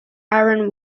iron